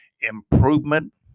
improvement